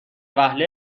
وهله